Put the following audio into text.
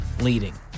leading